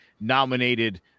nominated